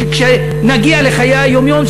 שכשנגיע לחיי היום-יום,